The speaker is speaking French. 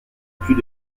plus